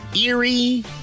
eerie